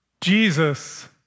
Jesus